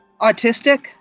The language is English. autistic